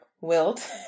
wilt